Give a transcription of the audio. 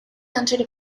entered